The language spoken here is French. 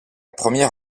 première